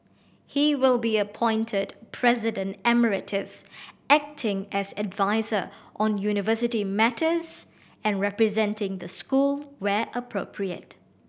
he will be appointed President Emeritus acting as adviser on university matters and representing the school where appropriate